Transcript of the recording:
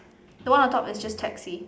the one on top is just taxi